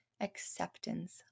acceptance